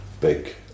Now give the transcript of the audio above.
big